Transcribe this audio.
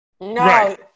no